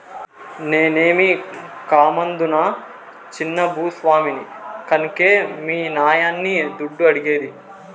నేనేమీ కామందునా చిన్న భూ స్వామిని కన్కే మీ నాయన్ని దుడ్డు అడిగేది